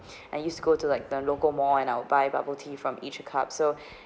I used go to like the local mall and I'll buy bubble tea from each a cup so